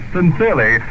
Sincerely